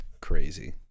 crazy